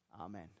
Amen